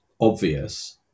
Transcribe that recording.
obvious